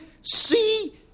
see